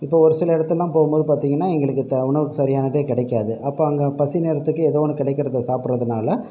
இப்போ ஒரு சில இடத்துலலாம் போகும் போது பார்த்திங்கன்னா எங்களுக்கு த உணவு சரியானதே கிடைக்காது அப்போ அங்கே பசி நேரத்துக்கு எதோ ஒன்று கிடைக்கிறத சாப்பிடுறதுனால